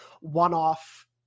one-off